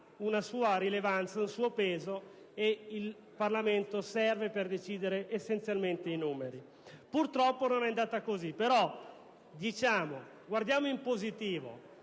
una sua rilevanza, un suo peso; e il Parlamento serve per decidere essenzialmente i numeri. Purtroppo non è andata così. Però, vediamola in positivo: